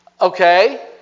okay